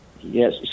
Yes